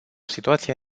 situație